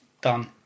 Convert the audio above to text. done